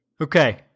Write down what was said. okay